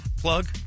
plug